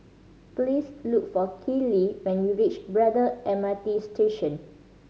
please look for Keeley when you reach Braddell M R T Station